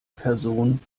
person